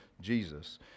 Jesus